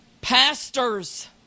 Pastors